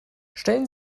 stellen